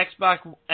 Xbox